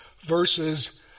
verses